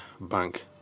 bank